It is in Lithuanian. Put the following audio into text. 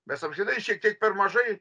mes amžinai šiek tiek per mažai